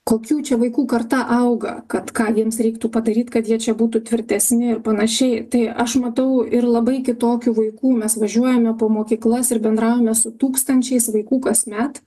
kokių čia vaikų karta auga kad ką jiems reiktų padaryt kad jie čia būtų tvirtesni ir panašiai tai aš matau ir labai kitokių vaikų mes važiuojame po mokyklas ir bendraujame su tūkstančiais vaikų kasmet